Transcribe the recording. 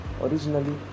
originally